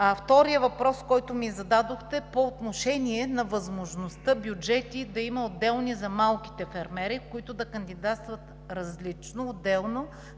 Вторият въпрос, който ми зададохте – по отношение на възможността да има отделни бюджети за малките фермери, които да кандидатстват различно, отделно,